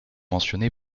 mentionné